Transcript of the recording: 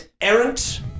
errant